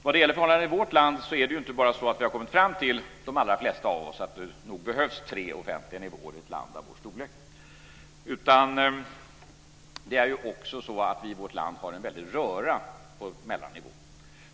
När det gäller förhållandena i vårt land är det inte bara så att de allra flesta av oss har kommit fram till att det nog behövs tre offentliga nivåer i ett land av Sveriges storlek, utan det är också så att vi i vårt land har en väldig röra på mellannivå.